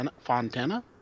Fontana